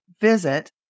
visit